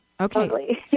Okay